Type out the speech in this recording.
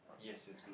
yes it's blue